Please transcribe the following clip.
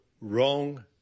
wrong